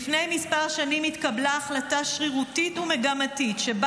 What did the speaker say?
לפני כמה שנים התקבלה החלטה שרירותית ומגמתית שבה